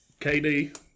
KD